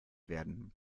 werden